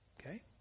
Okay